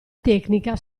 tecnica